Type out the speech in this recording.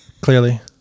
Clearly